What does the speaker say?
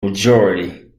majority